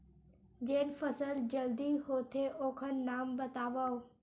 जेन फसल जल्दी होथे ओखर नाम बतावव?